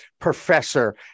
professor